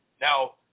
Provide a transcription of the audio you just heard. Now